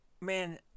man